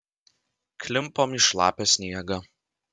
klimpom į šlapią sniegą